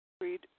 Agreed